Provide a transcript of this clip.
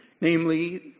namely